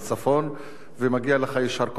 ומגיע לך יישר כוח על העניין הזה.